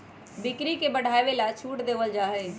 बिक्री के बढ़ावे ला छूट देवल जाहई